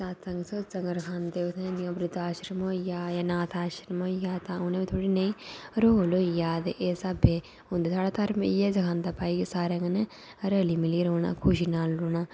सत्संग रखांदे उत्थै वृद्ध आश्रम होई गेआ अनाथ आश्रम होई गेआ तां उ'नें बी थोह्ड़ी नेईं र्होल होई जा ते इस स्हाबै ते साढ़ा धर्म भाई इ'यै सखांदा कि सारें कन्नै रली मिलियै रौह्ना खुशी कन्नै रौह्ना